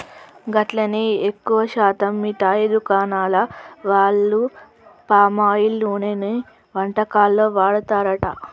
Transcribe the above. గట్లనే ఎక్కువ శాతం మిఠాయి దుకాణాల వాళ్లు పామాయిల్ నూనెనే వంటకాల్లో వాడతారట